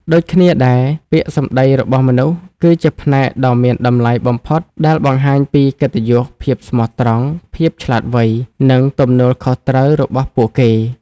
ដូចគ្នាដែរ ពាក្យសម្ដីរបស់មនុស្ស គឺជាផ្នែកដ៏មានតម្លៃបំផុតដែលបង្ហាញពីកិត្តិយស ភាពស្មោះត្រង់ ភាពឆ្លាតវៃ និងទំនួលខុសត្រូវរបស់ពួកគេ។